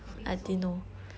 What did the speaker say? I think so